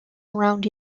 around